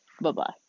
Bye-bye